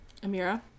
amira